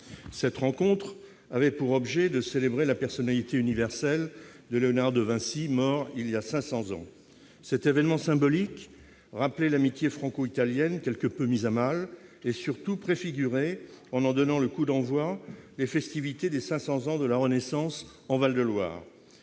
Cette rencontre avait pour objet de célébrer la personnalité universelle de Léonard de Vinci, mort voilà cinq cents ans. Cet évènement symbolique rappelait l'amitié franco-italienne, quelque peu mise à mal, et surtout préfigurait, en en donnant le coup d'envoi, les festivités des cinq cents ans de la Renaissance en Val de Loire.